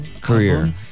career